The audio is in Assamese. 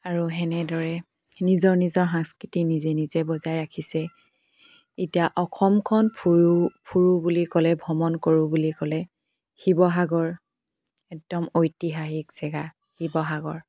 আৰু সেনেদৰে নিজৰ নিজৰ সংস্কৃতি নিজে নিজে বজাই ৰাখিছে এতিয়া অসমখন ফুৰোঁ ফুৰোঁ বুলি ক'লে ভ্ৰমণ কৰোঁ বুলি ক'লে শিৱসাগৰ একদম ঐতিহাসিক জেগা শিৱসাগৰ